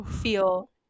feel